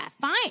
fine